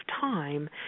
time